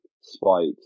spikes